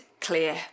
clear